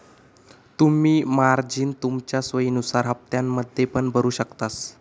तुम्ही मार्जिन तुमच्या सोयीनुसार हप्त्त्यांमध्ये पण भरु शकतास